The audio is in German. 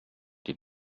die